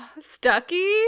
Stucky